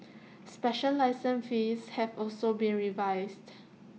special license fees have also been revised